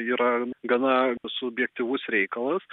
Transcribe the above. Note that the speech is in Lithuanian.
yra gana subjektyvus reikalas